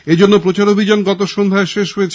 এজন্য প্রচারাভিযান গত সন্ধ্যা শেষ হয়েছে